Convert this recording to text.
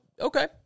okay